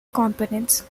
components